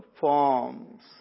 forms